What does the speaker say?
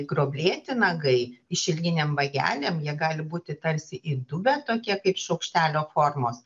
groblėti nagai išilginėm vagelėm jie gali būti tarsi įdubę tokie kaip šaukštelio formos